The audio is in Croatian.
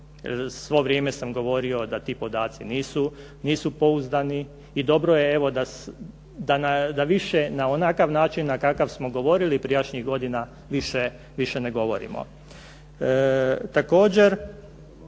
Svo vrijeme sam govorio da ti podaci nisu pouzdani i dobro je, evo da više na onakav način na kakav smo govorili prijašnjih godina više ne govorimo.